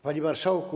Panie Marszałku!